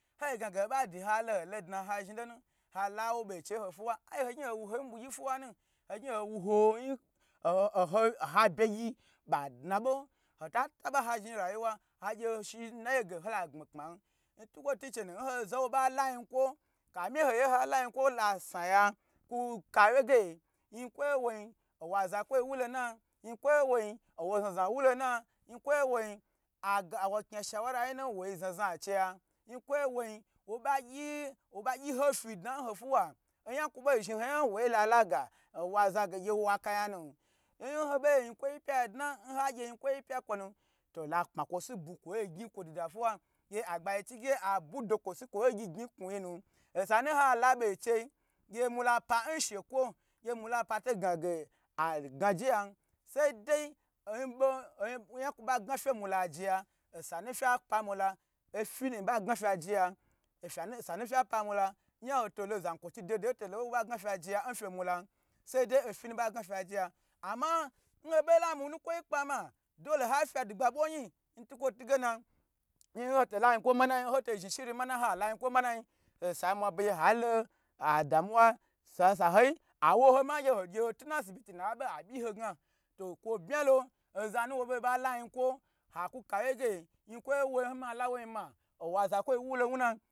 Hayi gna ge hoba du halo holo dna ha zhni lonu hata wa be chei hafuwa ai ho gni ho wuho yin nu fuwo na ogni owu ha yi oho oha bye gyi ba dna bo hata taba ha zhni rayuwa hagye ha lagbmi nayi ge holo gbmi kma ntukwo tun ndinu zowa ba la yin kwa kami haye hala yinkwo la sna yu ku ka wje ge yin kwo ye woyin owo zakwoyi wulo wuna yin kwoye woyin awo zna zna wu lona yin kwo ge woyi aga wo kna shawuwura yina wo zna zna cheya yin kwo ye weyin wo ba gyi ho ti dna ho fuwa oyan kwe bo zhni ho yo wda laga owa za ge owa kaya nu nho bo yin kwo yi pya dan nha gye yinkwo yi pya kwo nu la pma dan nha gye yinkwo yi pya kwo nu la pma kwo si bwi nkwo dida fuwa gyi agbagyi chige gye abude kwo bi kwo gyi gni n knugi nu osa nu ha la be chei gye mala pa nshe kwo gye mula pa ko gna ge ala gna je yan sai dei nbo ayemu kwo ba gna fe mula jeya osanu fye pya mula ofinu bo gna fe aje ya osanu fya pa mula yaho tolo zanyi kwochi dodoyi tolo nwo ba gna fya je yem nfe mula sai dei ofinu ba gna fya je ya amon hobo lo mumukwoyi kpa ma dole ha fi dugba bwa yi ntukwo tagena nhi tola yinkwo mamayi, nho to zhni shin mamayi ha la yinkwo manayin osa mwa bege ha lo adamawa sa ho saho yi awo ho ma ngye ho gye ho tura sibiti abe abyi ho gna to kwo bma lo ozanu wo ba layinkwo haku kawye ge yinkwo yi mi ye ma la wo yin ma owa zakwoyi wu lo wuna.